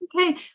okay